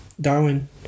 Darwin